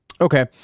Okay